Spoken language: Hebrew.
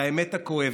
והאמת כואבת: